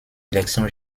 élections